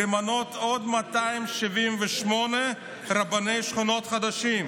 למנות עוד 278 רבני שכונות חדשים.